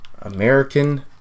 american